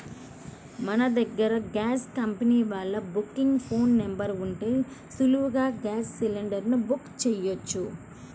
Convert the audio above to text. మన దగ్గర gas company వాళ్ళ బుకింగ్ ఫోన్ నెంబర్ ఉంటే సులువుగా గ్యాస్ సిలిండర్ ని బుక్ చెయ్యొచ్చు